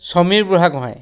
Samir Burhagohain